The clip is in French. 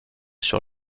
sur